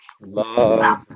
Love